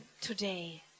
today